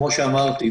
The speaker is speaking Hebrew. כמו שאמרתי,